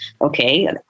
okay